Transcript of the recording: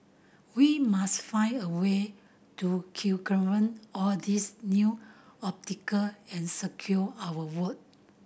we must find a way to all these new and secure our vote